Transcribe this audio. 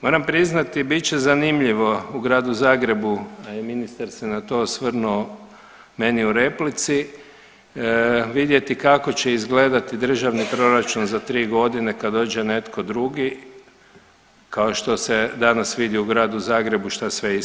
Moram priznati bit će zanimljivo u Gradu Zagrebu, a i ministar se na to osvrnuo meni u replici vidjeti kako će izgledati državni proračun za 3 godina kad dođe netko drugi kao što se danas vidi u Gradu Zagrebu šta sve ispada iz ormara.